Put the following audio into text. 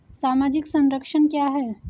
सामाजिक संरक्षण क्या है?